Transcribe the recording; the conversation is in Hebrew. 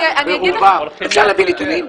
אפשר להביא נתונים.